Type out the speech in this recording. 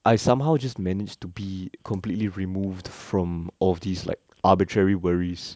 I somehow just managed to be completely removed from all of these like arbitrary worries